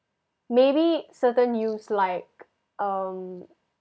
maybe certain news like um